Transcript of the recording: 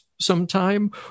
sometime